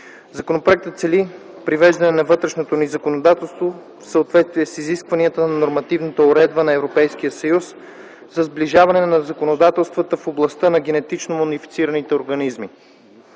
Законопроектът цели привеждане на вътрешното ни законодателство в съответствие с изискванията на нормативната уредба на Европейския съюз за сближаване на законодателствата в областта на генетично модифицираните организми.